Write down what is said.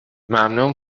ممنون